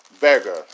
beggar